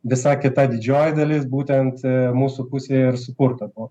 visa kita didžioji dalis būtent mūsų pusėje ir sukurta buvo